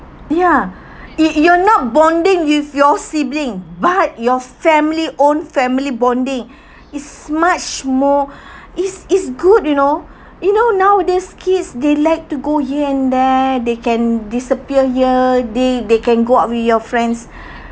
ya you you're not bonding with your sibling but your family own family bonding is much more is is good you know you know nowadays kids they like to go here and there they can disappear here they they can go out with your friends